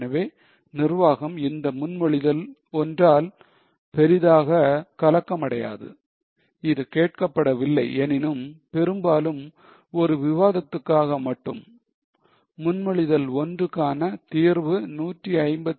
எனவே நிர்வாகம் இந்த முன்மொழிதல் ஒன்றால் பெரிதாக கலக்கம் அடையாது இது கேட்கப்படவில்லை எனினும் பெரும்பாலும் ஒரு விவாதத்துக்காக மட்டும் முன்மொழிதல் 1 க்கான தீர்வு 151